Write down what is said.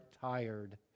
tired